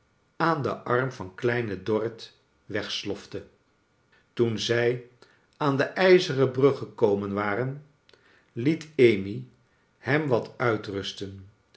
aan den arm van kleine dorrit wegsiofte toen zij aan de ijzeren brug gekomen waren liet amy hem wat uitrusten